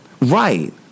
Right